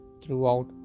throughout